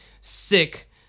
sick